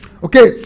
Okay